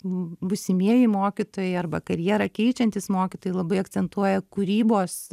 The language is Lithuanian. būsimieji mokytojai arba karjerą keičiantys mokytojai labai akcentuoja kūrybos